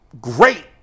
great